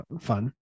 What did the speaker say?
fun